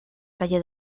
calle